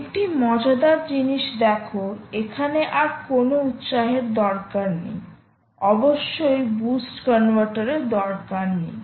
একটি মজাদার জিনিস দেখো এখানে আর কোনও উত্সাহের দরকার নেই অবশ্যই বুস্ট কনভার্টারের দরকার নেই